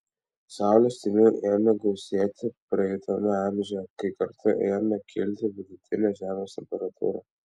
saulės dėmių ėmė gausėti praeitame amžiuje kai kartu ėmė kilti vidutinė žemės temperatūra